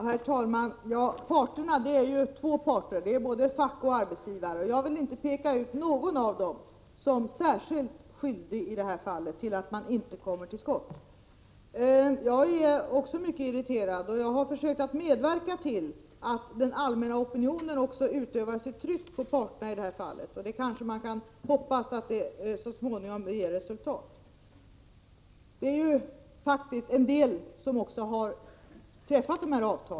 Herr talman! Det är ju två parter, både fack och arbetsgivare, och jag vill inte peka ut någon av dem som särskilt skyldig till att man inte kommer till skott i det här fallet. Också jag är mycket irriterad, och jag har försökt medverka till att den allmänna opinionen skall utöva tryck på parterna. Man kanske kan hoppas att det så småningom skall ge resultat. Det finns faktiskt en del som har träffat sådana här avtal.